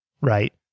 right